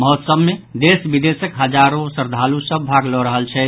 महोत्सव मे देश विदेशक हजारो श्रद्धालू सभ भाग लऽ रहल छथि